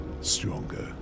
stronger